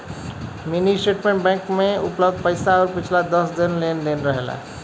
mini statement bank में उपलब्ध पैसा आउर पिछला दस लेन देन रहेला